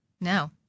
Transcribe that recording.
No